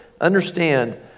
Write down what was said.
understand